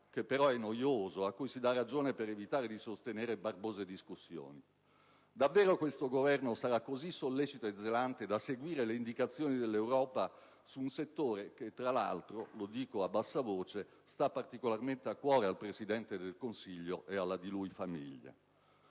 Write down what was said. che però è noioso e a cui si dà ragione per evitare di sostenere barbose discussioni? Davvero questo Governo sarà così sollecito e zelante da seguire le indicazioni dell'Europa su un settore che, tra l'altro ‑ lo dico a bassa voce ‑ sta particolarmente a cuore al Presidente del Consiglio e alla di lui famiglia?